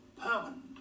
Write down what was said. permanent